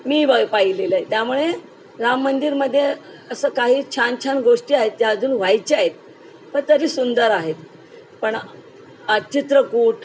मी ब पाहिलेलंय त्यामुळे राम मंदिरामध्ये असं काही छान छान गोष्टी आहेत त्या अजून व्हायच्या आहेत पण तरी सुंदर आहेत पण आ चित्रकूट